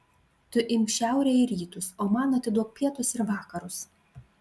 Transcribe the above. tu imk šiaurę ir rytus o man atiduok pietus ir vakarus